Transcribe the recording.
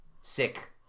sick